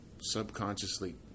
subconsciously